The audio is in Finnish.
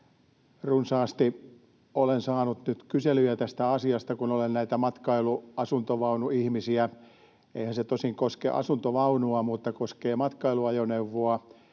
runsaasti olen saanut nyt kyselyjä tästä asiasta, kun olen näitä matkailuauto-, asuntovaunuihmisiä. Eihän se tosin koske asuntovaunua, mutta koskee matkailuajoneuvoa.